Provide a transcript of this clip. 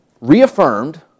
reaffirmed